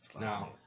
Now